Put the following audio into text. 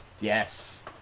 Yes